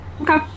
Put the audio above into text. Okay